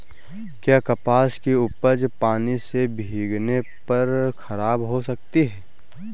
क्या कपास की उपज पानी से भीगने पर खराब हो सकती है?